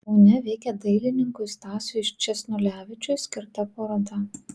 kaune veikia dailininkui stasiui sčesnulevičiui skirta paroda